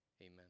Amen